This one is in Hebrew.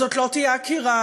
זאת לא תהיה עקירה,